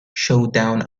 showdown